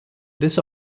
this